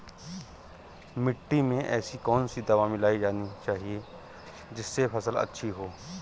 मिट्टी में ऐसी कौन सी दवा मिलाई जानी चाहिए जिससे फसल अच्छी हो?